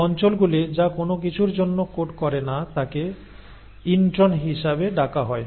এই অঞ্চলগুলি যা কোনও কিছুর জন্য কোড করে না তাকে ইন্ট্রন হিসাবে ডাকা হয়